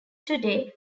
today